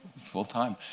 full time.